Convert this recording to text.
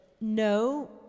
no